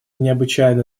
необычайное